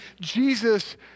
Jesus